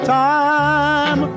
time